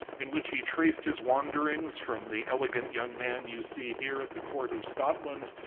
in which he traced his wanderings from the elegant young man you see here at the court of scotland,